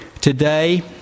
Today